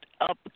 up